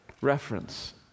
reference